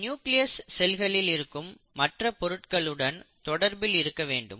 இந்த நியூக்ளியஸ் செல்களில் இருக்கும் மற்ற பொருட்களுடன் தொடர்பில் இருக்க வேண்டும்